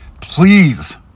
Please